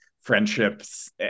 friendships